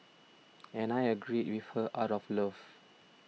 and I agreed with her out of love